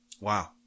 Wow